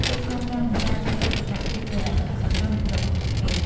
ភាពស្មោះត្រង់នឹងការយកចិត្តទុកដាក់ គឺជាលក្ខណៈសំខាន់របស់ពួកគេ។